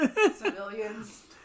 Civilians